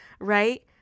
right